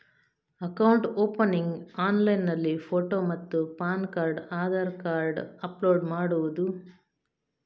Account opening ಆನ್ಲೈನ್ನಲ್ಲಿ photo ಮತ್ತು PAN card Aadhaar card upload ಮಾಡುವುದು?